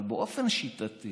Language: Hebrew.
אבל באופן שיטתי